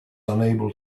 unable